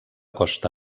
costa